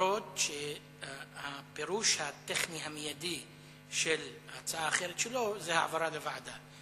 אף-על-פי שהפירוש הטכני המיידי של הצעה אחרת שלו הוא העברה לוועדה.